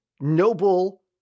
noble